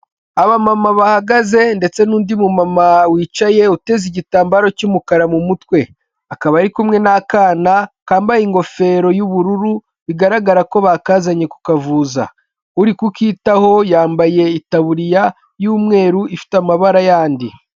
Aba mama bahagaze ndetse n'undi mu mama wicaye uteze igitambaro cy'umukara mu mutwe. Akaba ari kumwe n'akana kambaye ingofero y'ubururu bigaragara ko bakazanye ku kavuza. Uri kukitaho yambaye taburiya y'umweru ifite amabara yandi.